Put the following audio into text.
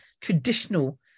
traditional